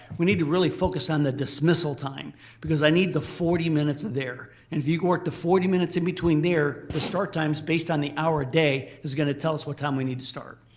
we need to really focus on the dismissal time because i need the forty minutes there. if you can work the forty minutes in between there, the start times based on the hour of day is going to tell us what time we need to start.